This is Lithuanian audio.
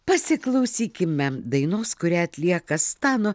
pasiklausykime dainos kurią atlieka stano